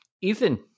Ethan